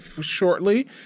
shortly